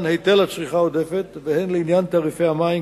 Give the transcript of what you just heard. היטל הצריכה העודפת והן בעניין תעריפי המים,